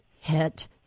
hit